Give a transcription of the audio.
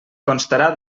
constarà